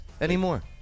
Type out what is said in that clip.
anymore